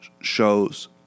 shows